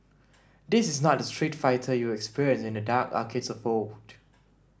this is not the Street Fighter you experienced in the dark arcades of old